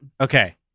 Okay